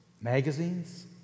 Magazines